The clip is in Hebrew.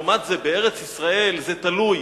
לעומת זה בארץ-ישראל זה תלוי,